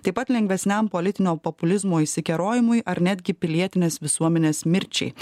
taip pat lengvesniam politinio populizmo išsikerojimui ar netgi pilietinės visuomenės mirčiai